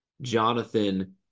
Jonathan